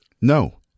No